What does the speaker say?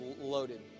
loaded